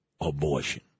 Abortion